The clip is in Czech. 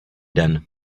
den